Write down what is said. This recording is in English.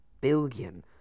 billion